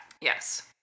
Yes